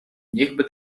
niechby